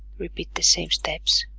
repeat the same steps